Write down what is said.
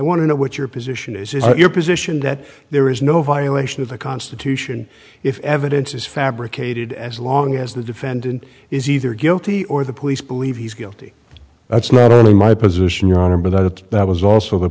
want to know what your position is is that your position that there is no violation of the constitution if evidence is fabricated as long as the defendant is either guilty or the police believe he's guilty that's not only my position your honor but that that was also the